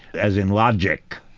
as in logic.